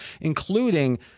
including –